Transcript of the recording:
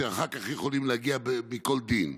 שאחר כך יכולים להגיע על פי כל דין.